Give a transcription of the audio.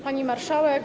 Pani Marszałek!